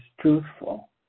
truthful